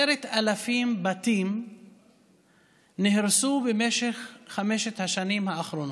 10,000 בתים נהרסו במשך חמש השנים האחרונות.